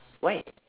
why